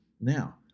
Now